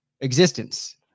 existence